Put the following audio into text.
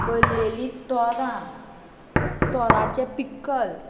बरलेली तोरां तोराचें पिकल